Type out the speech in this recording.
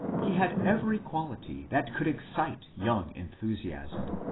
he had every quality that could excite young enthusiasm.